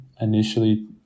initially